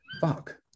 fuck